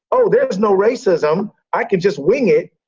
oh, there was no racism. i can just wing it.